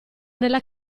nella